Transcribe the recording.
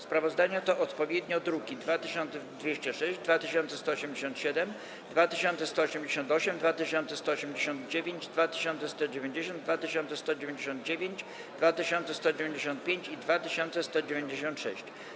Sprawozdania to odpowiednio druki nr 2206, 2187, 2188, 2189, 2190, 2199, 2195 i 2196.